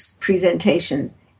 presentations